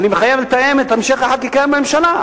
אני מתחייב לתאם את המשך החקיקה עם הממשלה,